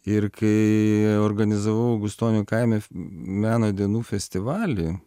ir kai organizavau gustonių kaime meno dienų festivalį